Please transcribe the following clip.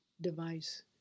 device